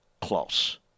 close